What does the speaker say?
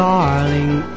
Darling